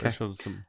okay